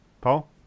Paul